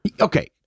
Okay